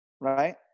right